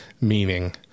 meaning